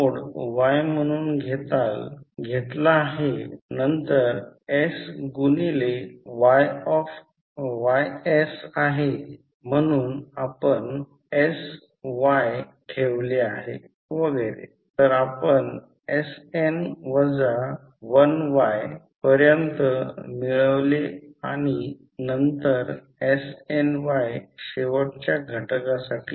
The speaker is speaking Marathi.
आता या कॉइलसाठी फ्लक्सच्या दिशेने i1 i2 प्रवेश करत आहे त्यामुळे फ्लक्सची दिशा जर तेथे ठेवले तर ते प्रत्यक्षात असे चालले आहे हे ∅1 आहे आणि आता या प्रकरणात काय घडत आहे तो करंट डॉटपासून दूर जात आहे कारण करंट डॉटपासून दूर जात आहे की जर मी त्यास डाव्या हाताच्या बाजूने गुंडाळले तर जर मी कॉइल गुंडाळीली किंवा पकडली तर ती फ्लक्सची दिशा वर आहे त्यामुळेच ∅2 वर आहे